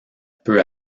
peu